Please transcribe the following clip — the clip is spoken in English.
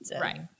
right